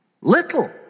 little